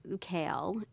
kale